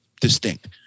distinct